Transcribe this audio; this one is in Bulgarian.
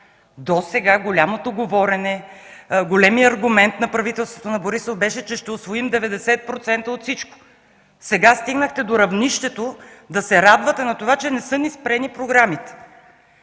Досега голямото говорене, големият аргумент на правителството на Борисов беше, че ще усвоим 90% от всичко. Сега стигнахте до равнището да се радвате на това, че не са ни спрени програмите.